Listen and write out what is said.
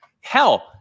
Hell